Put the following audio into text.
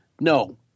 No